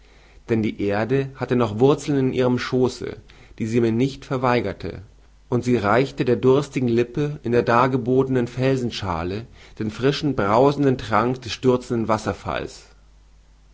denn die erde hatte noch wurzeln in ihrem schooße die sie mir nicht verweigerte und sie reichte der durstigen lippe in der dargebotenen felsenschaale den frischen brausenden trank des stürzenden wasserfalls